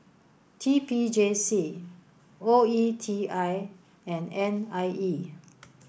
T P J C O E T I and N I E